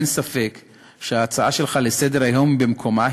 אין ספק שההצעה שלך לסדר-היום היא במקומה,